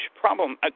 problem